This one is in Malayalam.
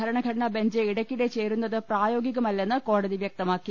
ഭരണ ഘടന ബെഞ്ച് ഇടക്കിടെ ചേരുന്നത് പ്രായോഗികമല്ലെന്ന് കോടതി വ്യക്ത മാക്കി